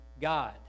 God